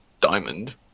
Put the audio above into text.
diamond